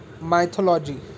Mythology